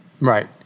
Right